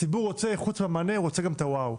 הציבור רוצה חוץ מהמענה, רוצה גם את ה'וואו'.